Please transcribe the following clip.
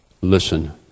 listen